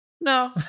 no